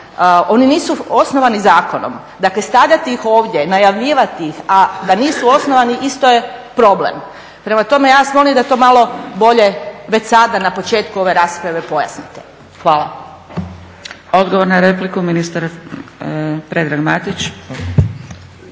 oni nisu osnovani zakonom. Dakle stavljati ih ovdje, najavljivati ih, a da nisu osnovani isto je problem. Prema tome, ja vas molim da to malo bolje već sada na početku ove rasprave pojasnite. Hvala. **Zgrebec, Dragica (SDP)** Odgovor na repliku, ministar Predrag Matić.